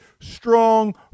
strong